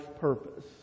purpose